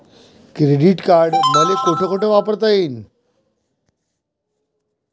Credit card मले कोठ कोठ वापरता येईन?